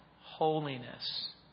holiness